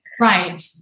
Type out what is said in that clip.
Right